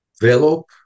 Develop